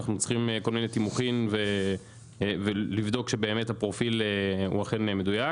אנחנו צריכים תימוכין שהפרופיל אכן מדויק.